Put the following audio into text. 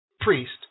priest